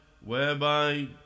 whereby